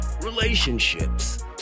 relationships